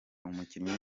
umukinnyi